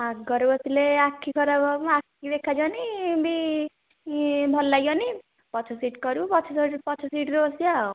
ଆଗରେ ବସିଲେ ଆଖି ଖରାପ ହେବ ମୋ ଆଖି କୁ ଦେଖା ଯିବନି ବି ଭଲ ଲାଗିବନି ପଛ ସିଟ୍ କରିବୁ ପଛ ସିଟ୍ ରେ ବସିବା ଆଉ